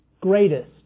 Greatest